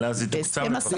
אבל אז יתוקצב לפחות.